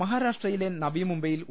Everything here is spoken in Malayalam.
മഹാരാഷ്ട്രയിലെ നവിമുംബൈയിൽ ഒ